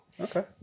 Okay